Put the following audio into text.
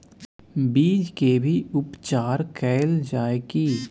बीज के भी उपचार कैल जाय की?